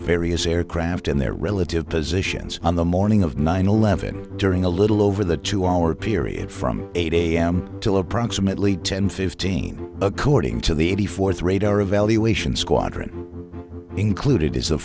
various aircraft and their relative positions on the morning of nine eleven during a little over the two hour period from eight am till approximately ten fifteen according to the eighty fourth radar evaluation squadron included is a